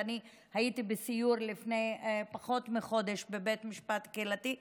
ואני הייתי בסיור לפני פחות מחודש בבית משפט קהילתי,